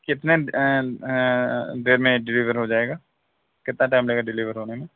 کتنے دیر میں ڈلیور ہو جائے گا کتنا ٹائم لگے ڈلیور ہونے میں